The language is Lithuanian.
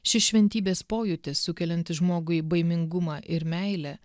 šis šventybės pojūtis sukeliantis žmogui baimingumą ir meilę